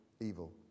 evil